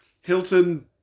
Hilton